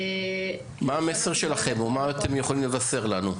מה המסר שלכם, או מה אתם יכולים לבשר לנו?